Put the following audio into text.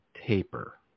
taper